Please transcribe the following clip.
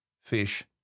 fish